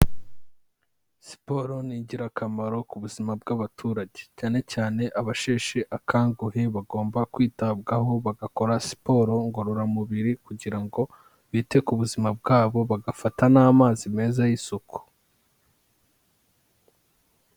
Siporo ni ingirakamaro ku buzima bw'abaturage, cyane cyane abasheshe akanguhe bagomba kwitabwaho bagakora siporo ngororamubiri kugira ngo bite ku buzima bwabo, bagafata n'amazi meza y'isuku.